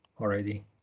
already